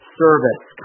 service